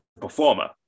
performer